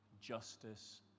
justice